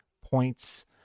points